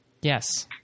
Yes